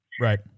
Right